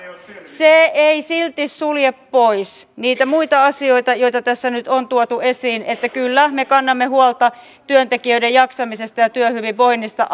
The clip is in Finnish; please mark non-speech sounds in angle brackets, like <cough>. se ei silti sulje pois niitä muita asioita joita tässä nyt on tuotu esiin kyllä me kannamme huolta työntekijöiden jaksamisesta ja työhyvinvoinnista <unintelligible>